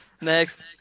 Next